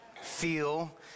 Feel